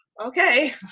okay